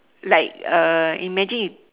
like uh imagine you